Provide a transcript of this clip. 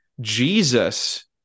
Jesus